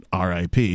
RIP